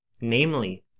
namely